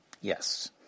Yes